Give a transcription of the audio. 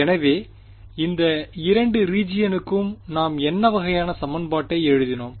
எனவே இந்த 2 ரீஜியனுக்கும் நாம் என்ன வகையான சமன்பாட்டை எழுதினோம்